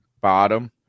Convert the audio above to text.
bottom